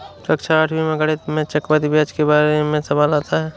कक्षा आठवीं में गणित में चक्रवर्ती ब्याज के बारे में सवाल आता है